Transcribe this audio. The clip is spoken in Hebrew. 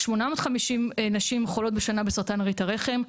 כ-850 נשים בשנה חולות בסרטן רירית הרחם,